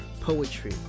poetry